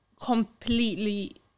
completely